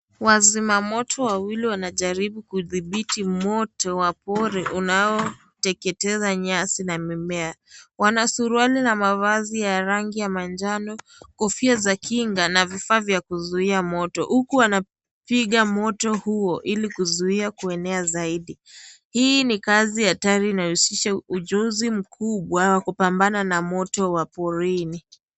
Wazima moto wawili wanajaribu kudhibiti moto wa pori unaoteketeza nyasi na mimea. Wana suruali na mavazi ya rangi ya manjano, kofia za kinga na vifaa vya kuzuia moto huku wanapiga moto huo ili kuzuia kuenea zaidi. Hii ni kazi hatari inayohusisha ujuzi mkubwa wa kupambana na moto wa porini.